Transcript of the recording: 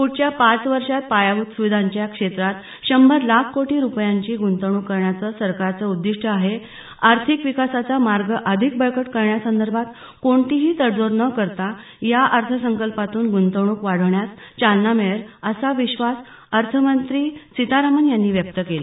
पुढच्या पाच वर्षांत पायाभूत सुविधांच्या क्षेत्रात शंभर लाख कोटी रुपयांची गुंतवणूक करण्याचं सरकारचं उद्दीष्ट आहे आर्थिक विकासाचा मार्ग अधिक बळकट करण्यासंदर्भात कोणतीही तडजोड न करता या अर्थसंकल्पातून गुंतवणूक वाढण्यास चालना मिळेल असा विश्वास अर्थमंत्री सीतारामन यांनी व्यक्त केला